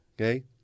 Okay